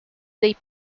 they